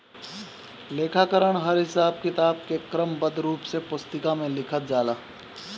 लेखाकरण हर हिसाब किताब के क्रमबद्ध रूप से पुस्तिका में लिखल जाला